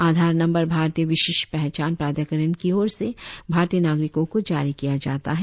आधार नंबर भारतीय विशिष्ट पहचान प्राधिकरण की और से भारतीय नागरिकों को जारी किया जाता है